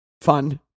fun